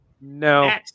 No